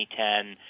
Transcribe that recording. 2010